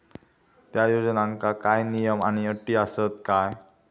त्या योजनांका काय नियम आणि अटी आसत काय?